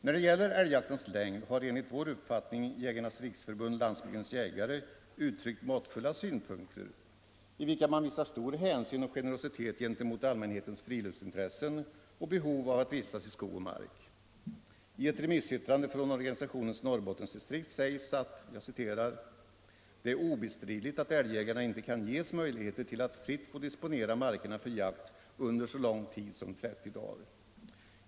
När det gäller älgjaktens längd har enligt vår uppfattning Jägarnas riksförbund-Landsbygdens jägare uttryckt måttfulla synpunkter, i vilka man visar stor hänsyn och generositet gentemot allmänhetens friluftsintressen och behov av att vistas i skog och mark. I ett remissyttrande från organisationens Norrbottensdistrikt sägs att det är obestridligt att älgjägarna inte kan ges möjlighet till att fritt få disponera markerna för jakt under så lång tid som 30 dagar.